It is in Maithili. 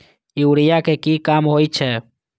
यूरिया के की काम होई छै?